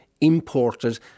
imported